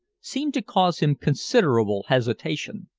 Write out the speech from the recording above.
seemed to cause him considerable hesitation.